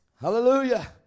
Hallelujah